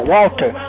Walter